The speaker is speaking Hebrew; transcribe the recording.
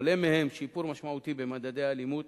עולה מהם שיפור משמעותי במדדי האלימות